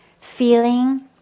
feeling